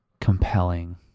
compelling